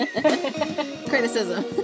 criticism